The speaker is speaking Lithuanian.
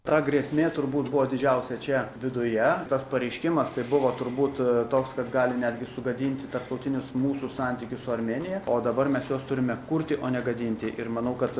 ta grėsmė turbūt buvo didžiausia čia viduje tas pareiškimas tai buvo turbūt toks kad gali netgi sugadinti tarptautinius mūsų santykius su armėnija o dabar mes juos turime kurti o ne gadinti ir manau kad